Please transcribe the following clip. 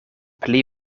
pli